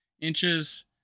inches